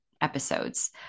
episodes